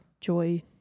joy